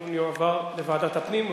הדיון יועבר לוועדת הפנים.